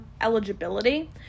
eligibility